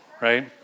right